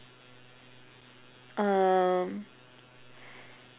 um